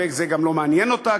וזה גם לא מעניין אותה,